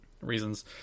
reasons